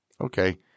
Okay